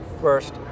first